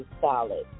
solid